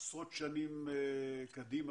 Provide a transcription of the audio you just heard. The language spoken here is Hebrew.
לעשרות שנים קדימה.